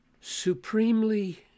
supremely